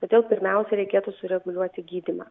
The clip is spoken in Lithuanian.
todėl pirmiausia reikėtų sureguliuoti gydymą